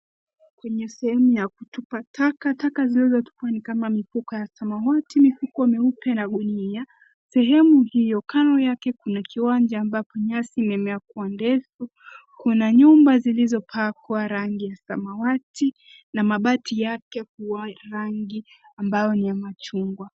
Kwenye sehemu ya kutupa taka. Taka zilizotupwa ni kama: mifuko ya samawati, mifuko meupe na gunia. Sehemu hio, kando yake kuna kiwanja ambapo nyasi imemea kuwa ndefu, kuna nyumba zilizopakwa rangi ya samawati na mabati yake kuwa rangi ambayo ni ya machungwa.